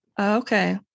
Okay